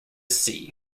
sea